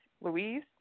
Louise